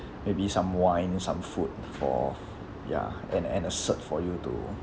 maybe some wine some food for ya and and a cert for you to